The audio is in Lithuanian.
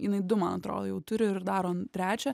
jinai du man atrodo jau turi ir daro trečią